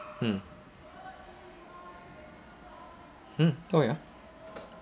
mm mm oh ya